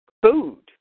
Food